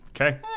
okay